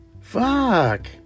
fuck